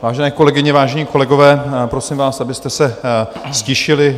Vážené kolegyně, vážení kolegové, prosím vás, abyste se ztišili.